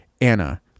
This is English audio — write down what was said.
anna